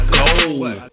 gold